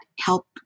help